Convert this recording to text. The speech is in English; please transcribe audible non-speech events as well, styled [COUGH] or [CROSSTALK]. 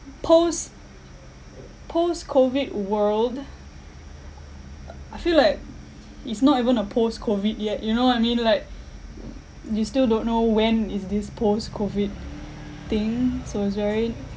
post post COVID world [NOISE] I feel like it's not even a post COVID yet you know what I mean like [NOISE] you still don't know when is this post COVID thing so it's very